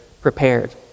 prepared